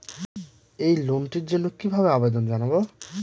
এই লোনটির জন্য কিভাবে আবেদন জানাবো?